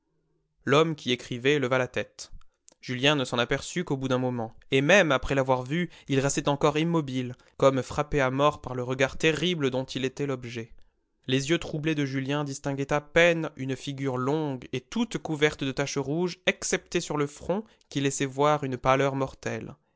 l'homme qui écrivait leva la tête julien ne s'en aperçut qu'au bout d'un moment et même après l'avoir vu il restait encore immobile comme frappé à mort par le regard terrible dont il était l'objet les yeux troublés de julien distinguaient à peine une figure longue et toute couverte de taches rouges excepté sur le front qui laissait voir une pâleur mortelle